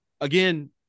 again